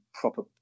proper